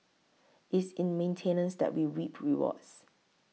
it's in maintenance that we reap rewards